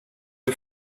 are